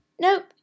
nope